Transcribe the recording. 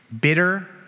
bitter